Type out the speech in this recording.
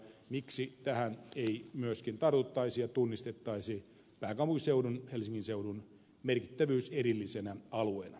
miksi tähän ei myöskin tartuttaisi ja tunnistettaisi pääkaupunkiseudun helsingin seudun merkittävyys erillisenä alueena